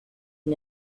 was